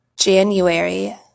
January